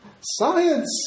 Science